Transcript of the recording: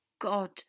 God